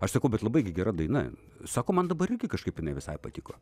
aš sakau bet labai gi gera daina sako man dabar irgi kažkaip jinai visai patiko